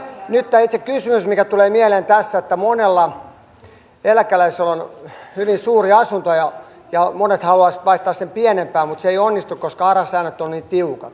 mutta nyt tämä itse kysymys mikä tulee mieleen tässä on se että monella eläkeläisellä on hyvin suuri asunto ja monet haluaisivat vaihtaa sen pienempään mutta se ei onnistu koska aran säännöt ovat niin tiukat